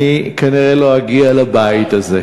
אני כנראה לא אגיע לבית הזה.